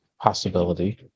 possibility